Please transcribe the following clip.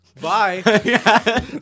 bye